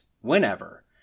whenever